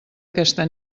aquesta